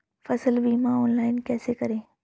फसल बीमा ऑनलाइन कैसे करें?